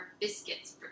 biscuits